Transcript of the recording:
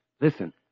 Listen